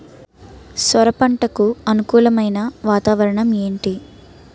సొర పంటకు అనుకూలమైన వాతావరణం ఏంటి?